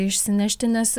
išsinešti nes